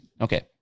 Okay